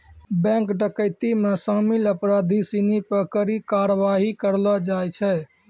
bank डकैती मे शामिल अपराधी सिनी पे कड़ी कारवाही करलो जाय छै